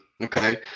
Okay